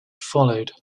followed